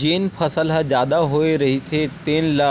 जेन फसल ह जादा होए रहिथे तेन ल